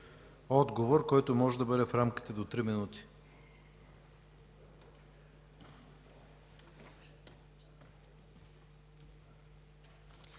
отговор, който може да бъде в рамките до 3 минути.